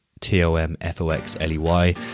t-o-m-f-o-x-l-e-y